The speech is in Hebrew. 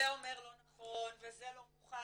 זה אומר לא נכון וזה לא מוכח.